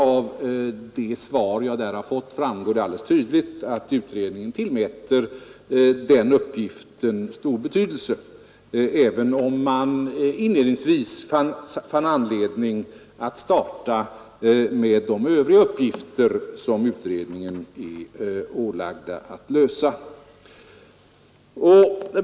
Av det svar som jag har fått framgår tydligt att utredningen tillmäter den uppgiften stor betydelse, även om man inledningsvis fann anledning att starta med de övriga uppgifter som utredningen är ålagd att lösa.